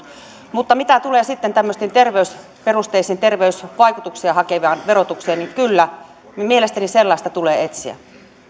mutta mitä tulee sitten tämmöiseen terveysperusteiseen terveysvaikutuksia hakevaan verotukseen niin kyllä mielestäni sellaista tulee etsiä